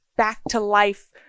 back-to-life